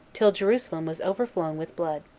till jerusalem was overflown with blood.